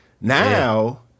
Now